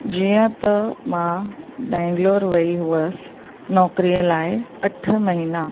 जीअं त मां बैंगलोर वई हुअसि नौकरीअ लाइ अठ महीना